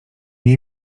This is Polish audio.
nie